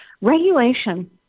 Regulation